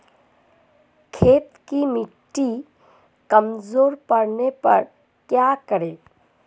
खेत की मिटी कमजोर पड़ने पर क्या करें?